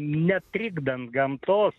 netrikdant gamtos